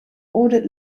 ordered